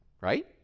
right